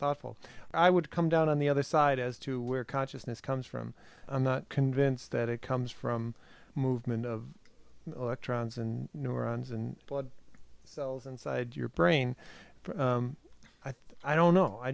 thoughtful i would come down on the other side as to where consciousness comes from i'm not convinced that it comes from a movement of electrons and neurons and blood cells inside your brain i think i don't know i